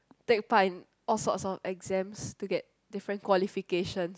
take part in a lots a lots of exams to get different qualification